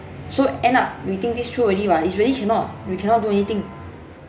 so end up we think this through already [what] it's really cannot you cannot do anything